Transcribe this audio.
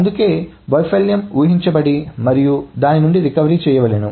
అందుకే వైఫల్యం ఊహించబడి మరియు దాని నుండి రికవరీ చెయ్యవలెను